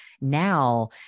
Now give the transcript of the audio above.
now